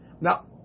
Now